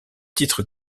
titre